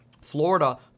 Florida